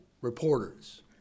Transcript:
reporters